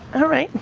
alright,